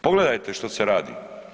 Pogledajte što se radi.